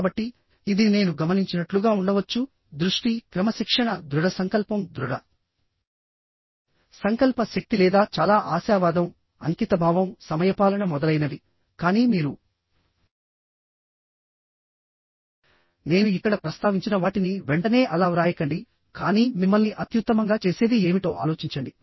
కాబట్టి ఇది నేను గమనించినట్లుగా ఉండవచ్చు దృష్టి క్రమశిక్షణ దృఢ సంకల్పం దృఢ సంకల్ప శక్తి లేదా చాలా ఆశావాదం అంకితభావం సమయపాలన మొదలైనవి కానీ మీరు నేను ఇక్కడ ప్రస్తావించిన వాటిని వెంటనే అలా వ్రాయకండి కానీ మిమ్మల్ని అత్యుత్తమంగా చేసేది ఏమిటో ఆలోచించండి